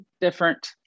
different